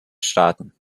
staaten